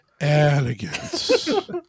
elegance